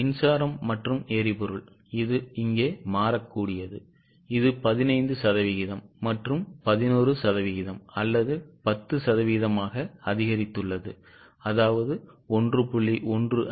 இப்போது மின்சாரம் மற்றும் எரிபொருள் இது இங்கே மாறக்கூடியது இது 15 சதவிகிதம் மற்றும் 11 சதவிகிதம் அல்லது 10 சதவிகிதம் ஆக அதிகரித்துள்ளது அதாவது 1